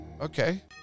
Okay